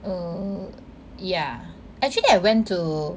err yeah actually I went to